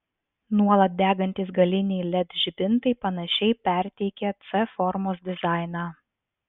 nuolat degantys galiniai led žibintai panašiai perteikia c formos dizainą